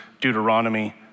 Deuteronomy